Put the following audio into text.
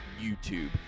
YouTube